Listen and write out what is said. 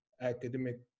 academic